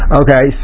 okay